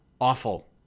awful